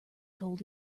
told